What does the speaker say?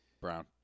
Brown